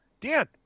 Dan